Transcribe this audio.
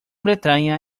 bretaña